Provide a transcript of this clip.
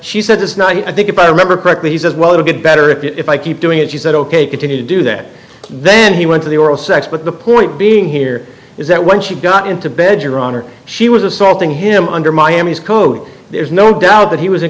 she said it's not i think if i remember correctly he says well it'll get better if i keep doing it she said ok continue to do that then he went to the oral sex but the point being here is that when she got into bed your honor she was assaulting him under miami's code there's no doubt that he was